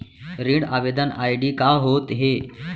ऋण आवेदन आई.डी का होत हे?